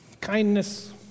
Kindness